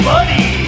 Buddy